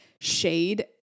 shade